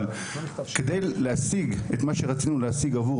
אבל כדי להשיג את מה שרצינו להשיג עבור